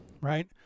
right